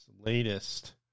latest